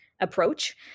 approach